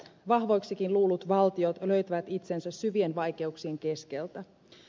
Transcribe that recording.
vahvoiksikin luullut valtiot löytävät itsensä syvien vaikeuksien keskeltä